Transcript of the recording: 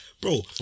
bro